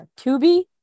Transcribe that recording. Tubi